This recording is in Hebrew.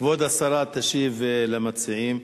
כבוד השרה תשיב למציעים,